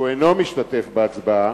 שהוא אינו משתתף בהצבעה,